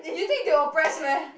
you think they will press meh